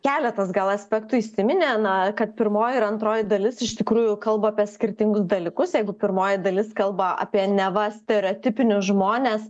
keletas gal aspektų įsiminė na kad pirmoji antroji dalis iš tikrųjų kalba apie skirtingus dalykus jeigu pirmoji dalis kalba apie neva stereotipinius žmones